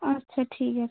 আচ্ছা ঠিক আছে